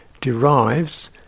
derives